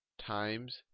times